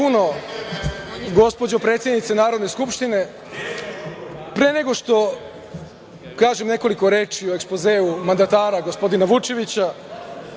puno, gospođo predsednice Narodne skupštine. Pre nego što kažem nekoliko reči o ekspozeu mandatara gospodina Vučevića,